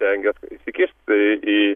stengias įsikišt į